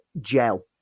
gel